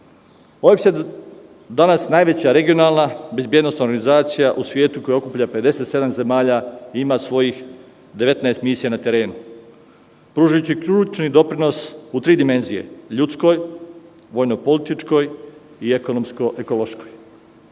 ovim se danas najveća regionalna bezbednosna organizacija u svetu, koja okuplja 57 zemalja i ima svojih 19 misija na terenu, pružajući ključni doprinos u tri dimenzije – ljudskoj, vojno-političkoj i ekonomsko-ekološkoj.